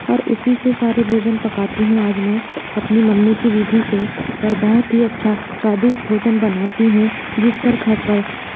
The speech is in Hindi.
और उसी से सारे भोजन पकाती हूँ आज मैं अपनी मम्मी की विधि से और बहुत ही अच्छा स्वादिष्ट भोजन बनाती हूँ जिस पर खाकर